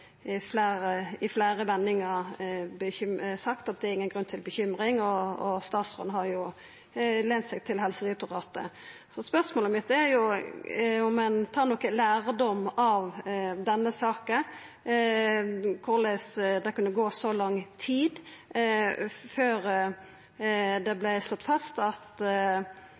lent seg til Helsedirektoratet. Så spørsmålet mitt er om ein tar nokon lærdom av denne saka, og korleis det kunne gå så lang tid før det vart slått fast at